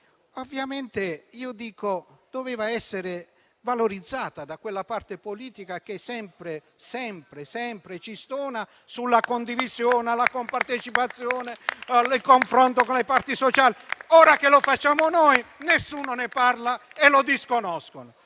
parte importante che doveva essere valorizzata da quella parte politica che sempre ci stona sulla condivisione, sulla compartecipazione e sul confronto con le parti sociali. Ora che lo facciamo noi, nessuno ne parla e si disconosce.